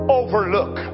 overlook